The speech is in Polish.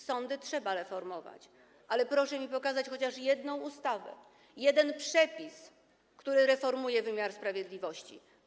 Sądy trzeba reformować, ale proszę mi pokazać chociaż jedną ustawę, jeden przepis, który reformuje wymiar sprawiedliwości.